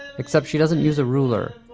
except she doesn't use a ruler,